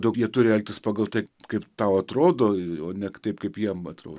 daug jie turi elgtis pagal tai kaip tau atrodo o ne taip kaip jiem atrodo